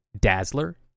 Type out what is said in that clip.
Dazzler